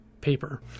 paper